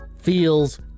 feels